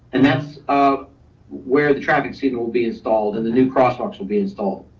and that's um where the traffic cedar will be installed, and the new crosswalks will be installed.